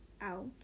out